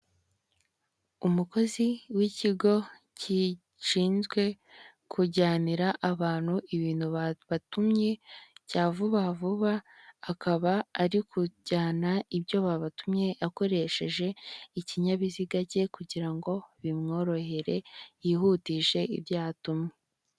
Umukozi w'ikigo gishinzwe kujyanira abantu ibintu batumye cya vuba vuba akaba ari kujyana ibyo babatumye akoresheje ikinyabiziga cye kugira ngo bimworohere yihutishe ibyo yatumwe.